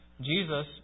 Jesus